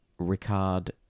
Ricard